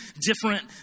different